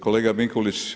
Kolega Mikulić.